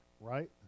right